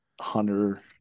Hunter